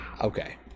Okay